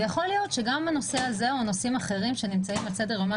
ויכול להיות שגם בנושא הזה או נושאים אחרים שנמצאים על סדר-יומה